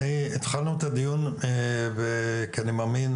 התחלנו את הדיון כי אני מאמין,